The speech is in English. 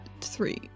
three